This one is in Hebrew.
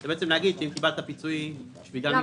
זה בעצם להגיד שאם קיבלת פיצוי בגלל המלחמה